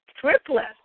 triplets